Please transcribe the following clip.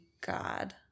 God